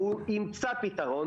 והוא ימצא פתרון,